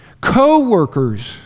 co-workers